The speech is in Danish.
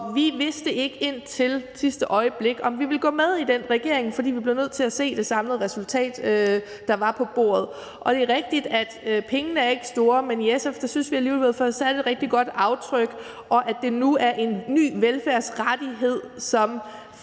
vi vidste indtil sidste øjeblik ikke, om vi ville gå med i det, fordi vi blev nødt til at se det samlede resultat, der var på bordet. Og det er rigtigt, at pengene ikke er store, men i SF synes vi alligevel, vi har fået sat et rigtig godt aftryk, og at det nu er en ny velfærdsrettighed, som